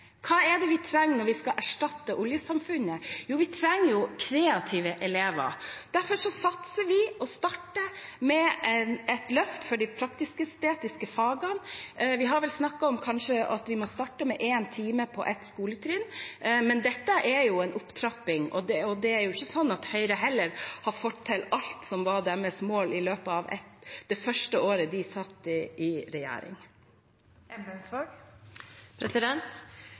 Hva er det vi trenger når vi skal erstatte oljesamfunnet? Jo, vi trenger kreative elever. Derfor satser vi, og vi starter med et løft for de praktisk-estetiske fagene. Vi har vel snakket om at vi kanskje må starte med én time på ett skoletrinn, men dette er jo en opptrapping, og det er jo ikke sånn at Høyre heller har fått til alt som var deres mål, i løpet av det første året de satt i regjering.